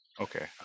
Okay